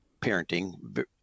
parenting